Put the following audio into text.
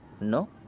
No